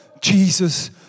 Jesus